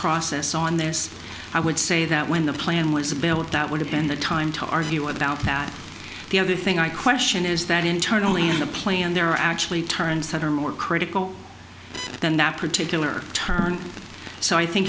process on this i would say that when the plan was a bill that would have been the time to argue about that the other thing i question is that internally in the play and there are actually turns that are more critical than that particular turn so i think